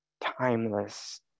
Timeless